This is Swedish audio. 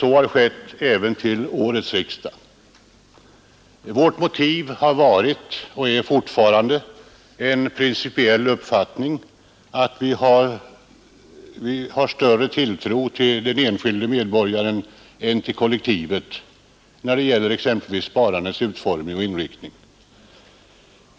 Så har skett även till årets riksdag. Vårt krav grundas på en principiell uppfattning. Vi har större tilltro till den enskilde medborgaren än till kollektivet när det gäller exempelvis sparandets utformning och inriktning.